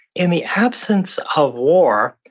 in the absence of war,